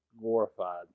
glorified